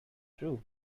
true